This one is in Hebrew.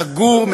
סגור,